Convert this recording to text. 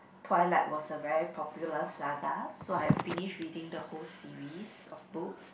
twilight was a very popular saga so I finished reading the whole series of books